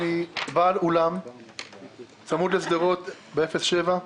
אני בעל אולם צמוד לשדרות, בתחום אפס עד שבע.